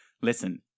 listen